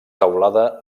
teulada